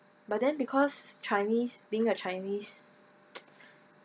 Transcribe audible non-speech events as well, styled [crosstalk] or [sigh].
but then because chinese being a chinese [noise]